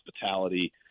hospitality